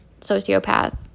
sociopath